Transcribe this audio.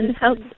help